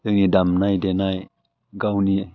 जोंनि दामनाय देनाय गावनि